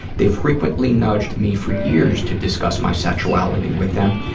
they frequently nudged me for years to discuss my sexuality with them.